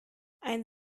ein